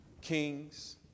kings